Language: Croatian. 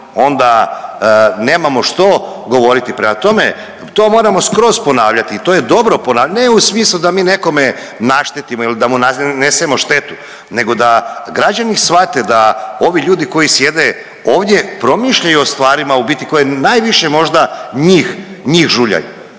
onda nemamo što govoriti. Prema tome to moramo skroz ponavljati i to je dobro ponavljati, ne u smislu da mi nekome naštetimo ili da mu nanesemo štetu nego da građani shvate da ovi ljudi koji sjede ovdje promišljaju o stvarima u biti koje najviše možda njih, njih žuljaju